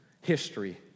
history